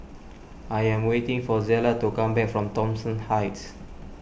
I am waiting for Zella to come back from Thomson Heights